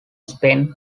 spain